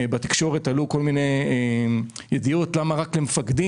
בתקשורת עלו כל מיני ידיעות על כך שזה רק למפקדים,